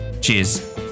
Cheers